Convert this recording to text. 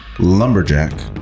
Lumberjack